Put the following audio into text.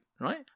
right